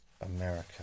america